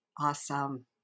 Awesome